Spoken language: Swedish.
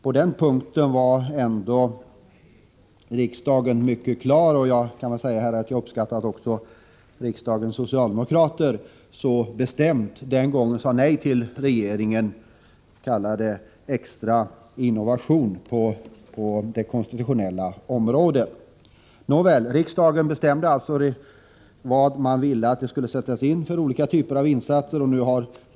På den punkten var ändå riksdagens ställning mycket klar. Jag kan säga att jag uppskattar riksdagens socialdemokrater som den gången bestämt sade nej till regeringens extra innovation på det konstitutionella området. Riksdagen bestämde alltså vilka olika typer av insatser som skulle sättas in.